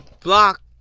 block